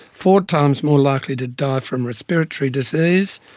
four times more likely to die from respiratory disease,